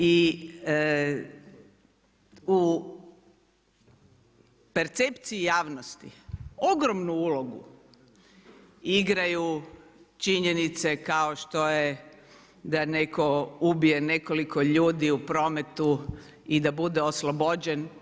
I u percepciji javnosti ogromnu ulogu igraju činjenice kao što je da netko ubije nekoliko ljudi u prometu i da bude oslobođen.